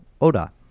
Oda